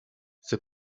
ses